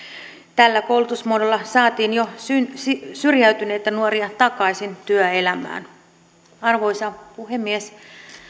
tällä koulutusmuodolla saatiin jo syrjäytyneitä nuoria takaisin työelämään arvoisa puhemies